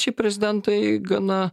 šiaip prezidentai gana